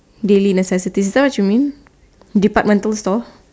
daily necessities is that what you mean departmental store